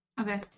Okay